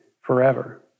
forever